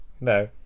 no